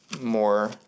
more